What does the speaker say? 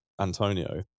Antonio